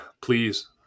Please